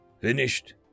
finished